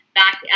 back